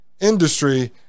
industry